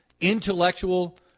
intellectual